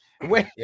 Wait